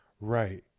right